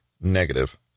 negative